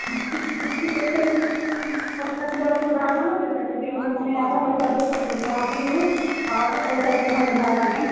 fifty percent पाँच दस हजार के नहि ने दे सकैत छी ओहिमे कनि आधा पैसा दे सकैत छी अहाँ दिउ तऽ आधा पैसाके हम उधार देम